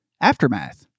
aftermath